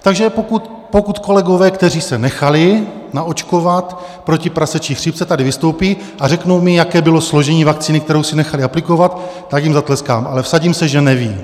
Takže pokud kolegové, kteří se nechali naočkovat proti prasečí chřipce, tady vystoupí a řeknou mi, jaké bylo složení vakcíny, kterou si nechali aplikovat, tak jim zatleskám, ale vsadím se, že nevědí.